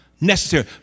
necessary